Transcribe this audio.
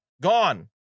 Gone